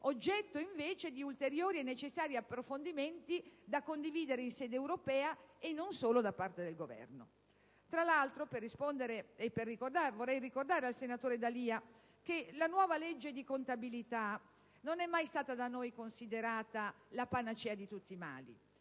oggetto invece di ulteriori e necessari approfondimenti da condividere in sede Europa, e non solo da parte del Governo. Tra l'altro, vorrei ricordare al senatore D'Alia che la nuova legge di contabilità non è mai stata da noi considerata la panacea di tutti i mali: